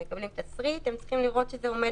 הם מקבלים תסריט והם צריכים לראות שזה עומד בתנאים.